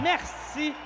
Merci